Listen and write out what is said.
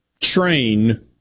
train